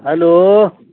hello